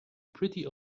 pretty